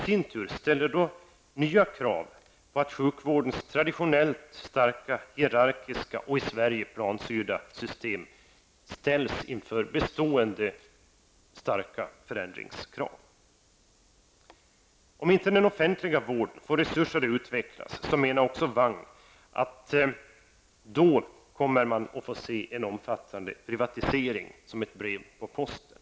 Detta ställer i sin tur nya krav på att sjukvårdens traditionellt hierarkiska, och i Sverige planstyrda, system ställs inför bestående starka förändringskrav. Om inte den offentliga vården får resurser att utvecklas, menar professor Wang att man kommer att få se en omfattande privatisering. Den kommer som ett brev på posten.